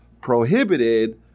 prohibited